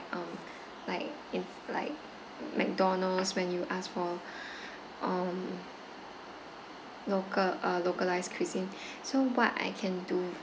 um like in like McDonald's when you ask for um local uh localised cuisine so what I do